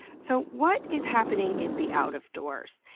so what is happening in the out-of-doors,